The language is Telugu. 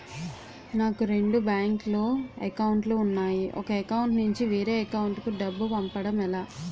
నాకు రెండు బ్యాంక్ లో లో అకౌంట్ లు ఉన్నాయి ఒక అకౌంట్ నుంచి వేరే అకౌంట్ కు డబ్బు పంపడం ఎలా?